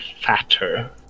fatter